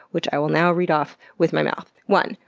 which i will now read off with my mouth. one.